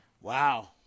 Wow